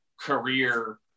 career